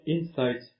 Insight